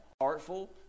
Artful